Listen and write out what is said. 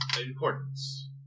importance